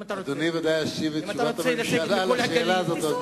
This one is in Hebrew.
אם אתה רוצה לסגת מכל הגליל, תיסוג.